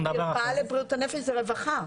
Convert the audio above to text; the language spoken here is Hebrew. מרפאה לבריאות הנפש, זאת רווחה.